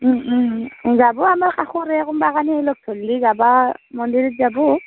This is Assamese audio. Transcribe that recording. ওঁ ওঁ ওঁ যাব আমাৰ কাষৰে কোনোবা কানি লগ ধৰিলে যাব মন্দিৰত যাব